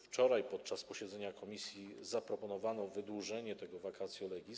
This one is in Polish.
Wczoraj podczas posiedzenia komisji zaproponowano wydłużenie vacatio legis.